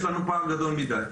יש לנו פער גדול מידי.